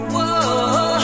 Whoa